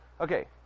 Okay